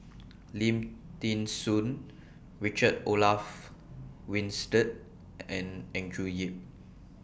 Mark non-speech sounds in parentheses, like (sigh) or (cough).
(noise) Lim Thean Soo Richard Olaf Winstedt and Andrew Yip